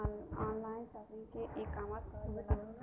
online shopping के ecommerce कहल जाला